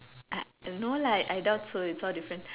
I no lah I doubt so it's all different